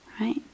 right